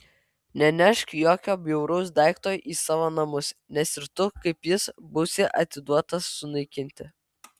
nenešk jokio bjauraus daikto į savo namus nes ir tu kaip jis būsi atiduotas sunaikinti